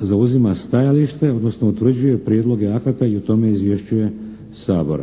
zauzima stajalište, odnosno utvrđuje prijedloge akata i o tome izvješćuje Sabor.